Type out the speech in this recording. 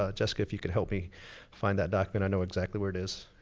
ah jessica if you could help me find that document, i know exactly where it is,